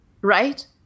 Right